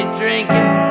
drinking